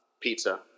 pizza